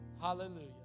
Hallelujah